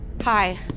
Hi